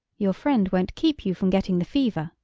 your friend won't keep you from getting the fever,